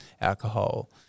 alcohol